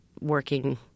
working